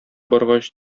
баргач